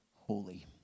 holy